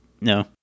no